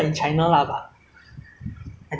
they fas~ they 发现 this virus right